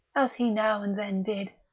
as he now and then did,